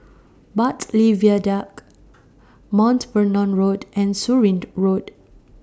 Bartley Viaduct Mount Vernon Road and Surin Road